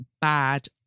bad